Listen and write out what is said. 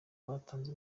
batanze